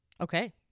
Okay